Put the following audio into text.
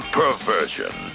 perversion